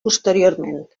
posteriorment